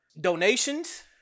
donations